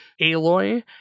Aloy